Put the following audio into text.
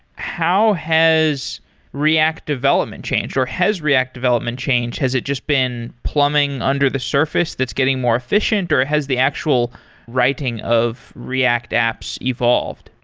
how has react development changed, or has react development changed? has it just been plumbing under the surface that's getting more efficient, or has the actual writing of react apps evolved?